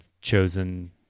chosen